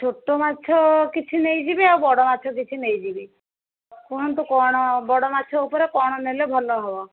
ଛୋଟ ମାଛ କିଛି ନେଇଯିବି ଆଉ ବଡ଼ ମାଛ କିଛି ନେଇଯିବି କୁହନ୍ତୁ କଣ ବଡ଼ ମାଛ ଉପରେ କଣ ନେଲେ ଭଲ ହେବ